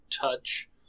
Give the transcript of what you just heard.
touch